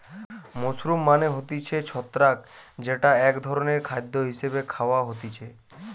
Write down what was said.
mushroom মানে হতিছে ছত্রাক যেটা এক ধরণের খাদ্য হিসেবে খায়া হতিছে